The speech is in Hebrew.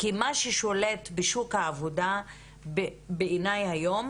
כי מה ששולט בשוק העבודה בעיניי היום